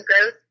growth